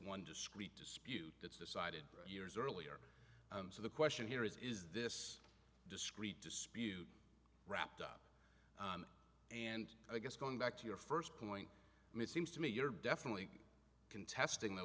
one discrete dispute that's decided years earlier so the question here is is this discrete dispute wrapped up and i guess going back to your first point i mean seems to me you're definitely contesting that